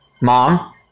Mom